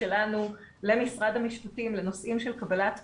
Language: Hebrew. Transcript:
שלנו למשרד המשפטים בנושאים של קבלת מידע,